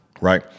right